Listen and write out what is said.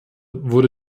wurde